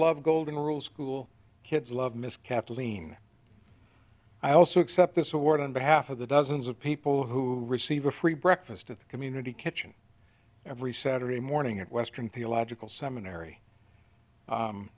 love golden rule school kids love miss kathleen i also accept this award on behalf of the dozens of people who receive a free breakfast at the community kitchen every saturday morning at western theological seminary